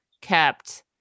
kept